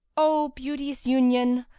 o beauty's union!